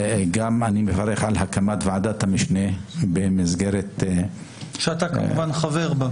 אני גם מברך על הקמת ועדת המשנה במסגרת --- שאתה כמובן חבר בה.